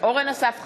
אורן אסף חזן,